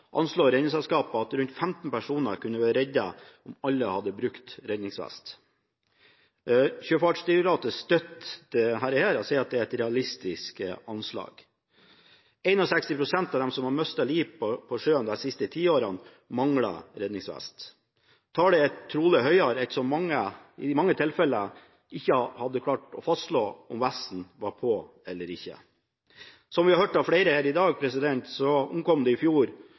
anslår Redningsselskapet at rundt 15 personer kunne vært reddet om alle hadde brukt redningsvest. Sjøfartsdirektoratet støtter dette og sier det er et realistisk anslag. 61 pst. av dem som har mistet livet på sjøen de siste ti årene, manglet redningsvest. Tallene er trolig høyere, ettersom man i mange tilfeller ikke har klart å fastslå om vesten var på eller ikke. Som vi har hørt av flere her i dag, omkom det i fjor